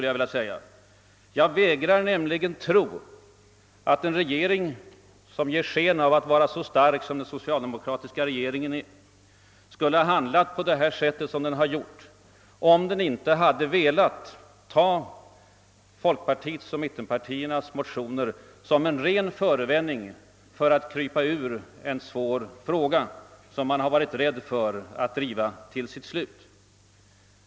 Jag vägrar nämligen att tro att en regering som i så stor utsträckning som den socialdemokratiska vill ge sig sken av att vara en stark regering skulle ha handlat på det sätt som man nu gjort, om man inte hade velat begagna folkpartiets och mittenpartiernas motioner som en ren förevändning för att krypa ur en svår fråga, som man varit rädd för att driva till sitt slut.